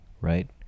right